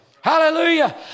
Hallelujah